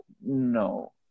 no